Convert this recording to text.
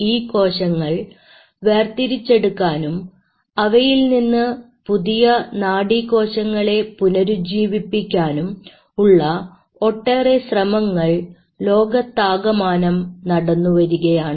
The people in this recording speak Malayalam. ഈ കോശങ്ങൾ വേർതിരിച്ചെടുക്കാനും അവയിൽ നിന്ന് പുതിയ നാഡീ കോശങ്ങളെ പുനരുജ്ജീവിപ്പിക്കാനും ഉള്ള ഒട്ടേറെ ശ്രമങ്ങൾ ലോകത്താകമാനം നടന്നുവരികയാണ്